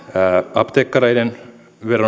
apteekkareiden